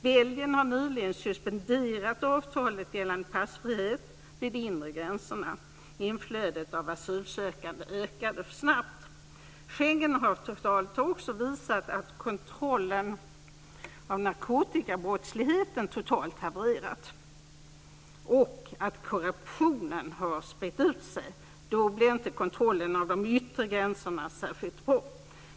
Belgien har nyligen suspenderat avtalet gällande passfrihet vid de inre gränserna. Inflödet av asylsökande ökade för snabbt. Schengenavtalet har också medfört att kontrollen av narkotikabrottsligheten har havererat totalt och att korruptionen har brett ut sig. Då blir inte kontrollen av de yttre gränserna särskilt bra.